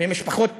ומשפחות פשע,